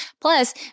plus